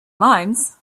limes